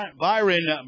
Byron